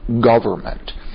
government